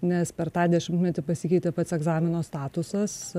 nes per tą dešimtmetį pasikeitė pats egzamino statusas